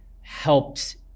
helped